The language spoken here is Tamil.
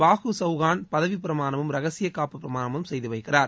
பாகு சவுகான் பதவிப் பிரமாணமும் ரகசியக் காப்புப் பிரமாணமும் செய்து வைக்கிறறர்